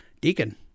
Deacon